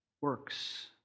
works